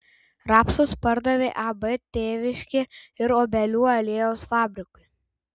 rapsus pardavė ab tėviškė ir obelių aliejaus fabrikui